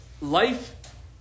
life